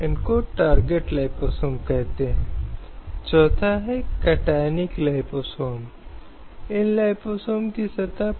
प्रत्येक व्यक्ति जो वयस्क है उसे अपनी पसंद के व्यक्ति से शादी करने की स्वतंत्रता है